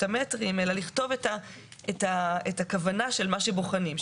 המטרים אלא לכתוב את הכוונה של מה שבוחנים.